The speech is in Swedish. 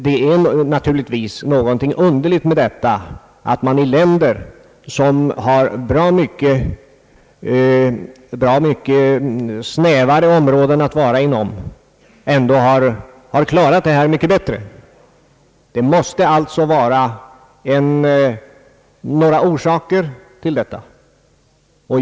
Det är något underligt i detta att man i länder med bra mycket snävare areal ändå har klarat det här mycket bättre. Det måste alltså finnas några orsaker.